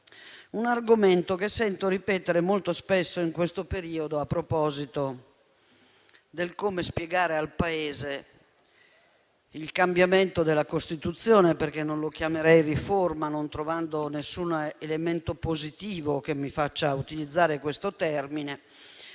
un argomento che sento ripetere molto spesso in questo periodo, a proposito di come spiegare al Paese il cambiamento della Costituzione: non lo chiamerei infatti "riforma", non trovando nessun elemento positivo che mi faccia utilizzare questo termine.